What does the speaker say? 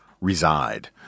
reside